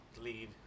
lead